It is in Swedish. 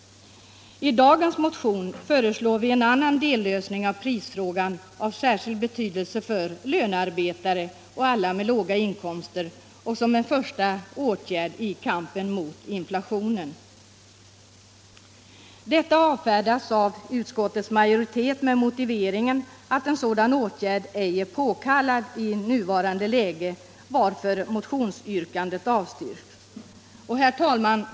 I dagens motion föreslår vi en annan dellösning av prisfrågan av särskild betydelse för lönearbetare och alla med låga inkomster och som en första åtgärd i kampen mot inflationen. Förslaget avfärdas av utskottets majoritet med motiveringen att en sådan åtgärd ej är påkallad i nuvarande läge. Motionsyrkandet avstyrks därför.